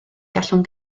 gallwn